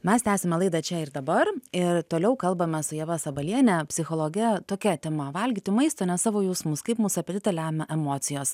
mes tęsiame laidą čia ir dabar ir toliau kalbame su ieva sabaliene psichologe tokia tema valgyti maistą ne savo jausmus kaip mūsų apetitą lemia emocijos